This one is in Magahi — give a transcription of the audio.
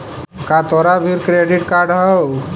का तोरा भीर क्रेडिट कार्ड हउ?